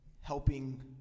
helping